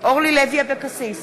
אורלי לוי אבקסיס,